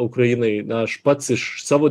ukrainai na aš pats iš savo